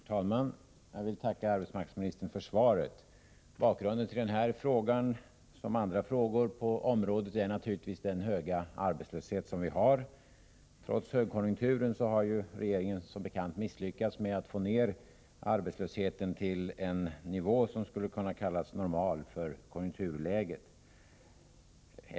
Herr talman! Jag vill tacka arbetsmarknadsministern för svaret. Bakgrunden till den här frågan — som till andra frågor på området — är naturligtvis den höga arbetslöshet som vi har. Trots högkonjunkturen har regeringen som bekant misslyckats med att få ned arbetslösheten till en nivå som skulle kunna kallas normal för konjunkturläget.